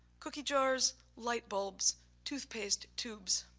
cookie jars, light bulbs toothpaste tubes,